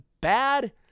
bad